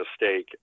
mistake